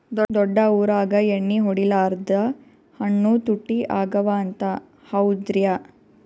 ದೊಡ್ಡ ಊರಾಗ ಎಣ್ಣಿ ಹೊಡಿಲಾರ್ದ ಹಣ್ಣು ತುಟ್ಟಿ ಅಗವ ಅಂತ, ಹೌದ್ರ್ಯಾ?